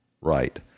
right